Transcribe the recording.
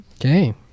Okay